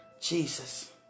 Jesus